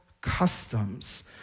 customs